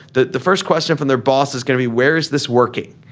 the the first question from their boss is going to be where's this working.